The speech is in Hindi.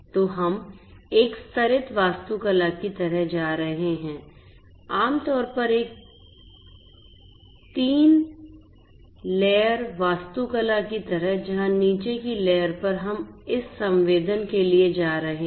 तो हम एक स्तरित वास्तुकला की तरह जा रहे हैं आमतौर पर एक 3 स्तरित वास्तुकला की तरह जहां नीचे की लेयर पर हम इस संवेदन के लिए जा रहे हैं